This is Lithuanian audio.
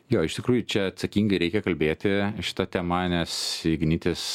jo iš tikrųjų čia atsakingai reikia kalbėti šita tema nes ignitis